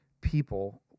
people